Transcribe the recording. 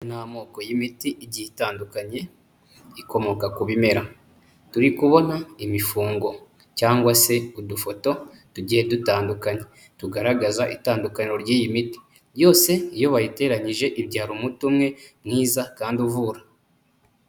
Ni amoko y'imiti igiye itandukanye ikomoka ku bimera, turi kubona imifungo cyangwa se udufoto tugiye dutandukanye tugaragaza itandukaniro ry'iyi miti, yose iyo bayiteranyije ibyara umuti umwe mwiza kandi uvura.